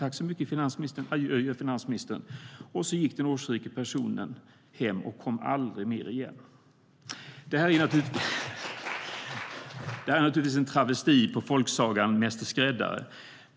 Tack så mycket, finansministern! Adjö, adjö, finansministern! Det här är naturligtvis en travesti på folksagan Mäster skräddare.